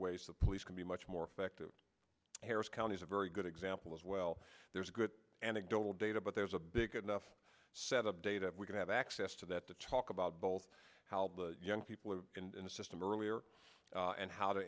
ways the police can be much more effective harris county is a very good example as well there's a good anecdotal data but there's a big enough set of data we can have access to that to talk about both how young people are in the system earlier and how to